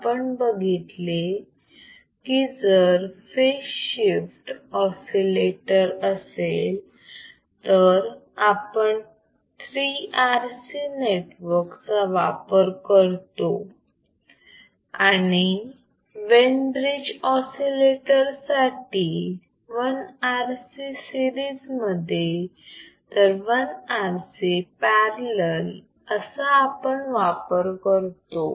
आपण बघितले की जर फेज शिफ्ट ऑसिलेटर असेल तर आपण 3 RC नेटवर्क चा वापर करतो आणि वेन ब्रिज ऑसिलेटर साठी 1 RC सीरिजमध्ये तर 1 RC पॅरलल असा आपण वापर करतो